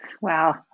Wow